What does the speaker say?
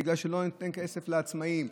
בגלל שלא ניתן כסף לעצמאים.